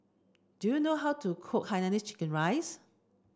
do you know how to cook hainanese chicken rice